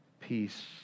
Peace